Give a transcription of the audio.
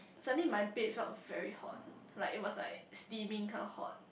suddenly my bed felt very hot like it was like steaming kind of hot